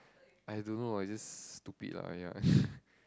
I don't know I just stupid lah !aiya!